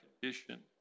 condition